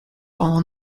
all